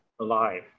alive